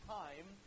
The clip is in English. time